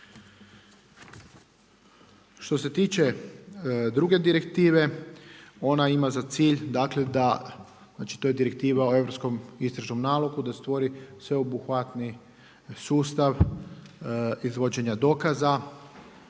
Što se tiče druge direktive, ona ima za cilj da znači to je Direktiva o Europskom istražnom nalogu da stvori sveobuhvatni sustav izvođenja dokaza